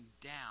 down